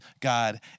God